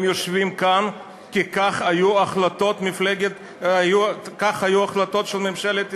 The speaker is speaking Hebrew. הם יושבים שם כי אלה היו ההחלטות של ממשלת ישראל.